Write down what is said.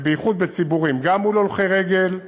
ובייחוד בציבורים, גם מול הולכי רגל,